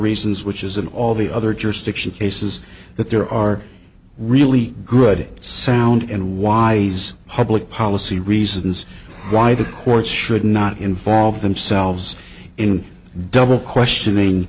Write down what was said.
reasons which is in all the other jurisdictions cases that there are really good sound and wise hobbling policy reasons why the courts should not involve themselves in double questioning